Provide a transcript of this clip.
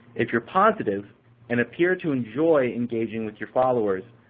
if you're positive and appear to enjoy engaging with your followers,